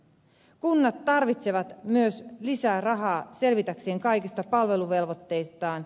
kunnat tarvitsevat myös lisää rahaa selvitäkseen kaikista palveluvelvoitteistaan